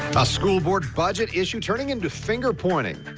a school board budget issue turning into finger pointing.